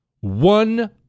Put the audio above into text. One